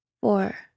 Four